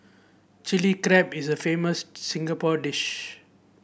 Chilli Crab is a famous Singapore dish